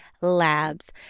Labs